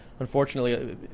Unfortunately